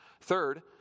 Third